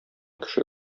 кеше